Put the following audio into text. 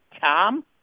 Tom